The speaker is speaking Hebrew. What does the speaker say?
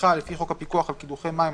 קדיחה לפי חוק הפיקוח על קידוחי מים,